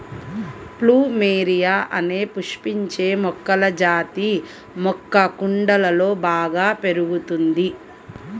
plumeria అనే పుష్పించే మొక్కల జాతి మొక్క కుండలలో బాగా పెరుగుతుంది